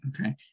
Okay